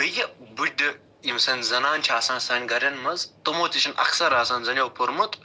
بیٚیہِ بٔڑٕ یِم زَن زَنان چھِ آسان سانہِ گرَن منٛز تِمو تہِ چھُنہٕ اکثر آسان زَنٮ۪و اَکثر پوٚرمُت